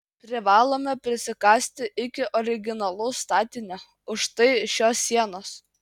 privalome prisikasti iki originalaus statinio už štai šios sienos